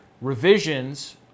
revisions